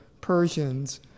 Persians